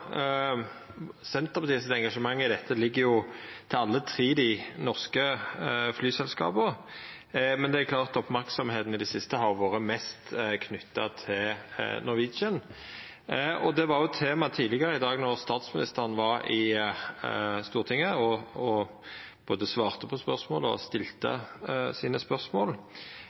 engasjement i dette ligg til alle dei tre norske flyselskapa, men det er klart at merksemda i det siste har vore mest knytt til Norwegian. Det var eit tema tidlegare i dag då statsministeren var i Stortinget – og både svarte på spørsmål og stilte spørsmål